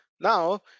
now